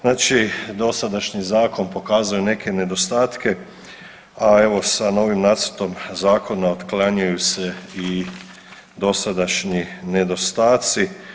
Znači dosadašnji zakon pokazuje neke nedostatke, a evo sa novim nacrtom zakona otklanjaju se i dosadašnji nedostaci.